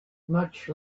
much